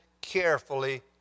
carefully